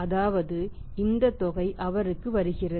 அதாவது இந்த தொகை அவருக்கு வருகிறது